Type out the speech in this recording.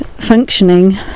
Functioning